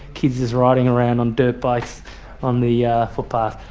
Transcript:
kids just riding around on dirt bikes on the yeah footpath,